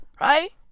right